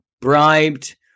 bribed